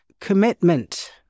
commitment